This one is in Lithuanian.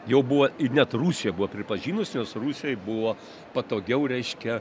jau buvo ir net rusija buvo pripažinusi nes rusijai buvo patogiau reiškia